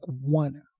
one